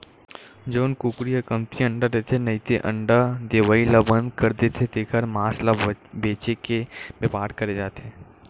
जउन कुकरी ह कमती अंडा देथे नइते अंडा देवई ल बंद कर देथे तेखर मांस ल बेचे के बेपार करे जाथे